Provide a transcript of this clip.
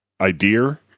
Idea